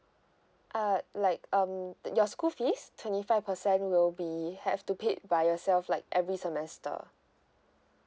uh like um your school fees twenty five percent will be have to paid by yourself like every semester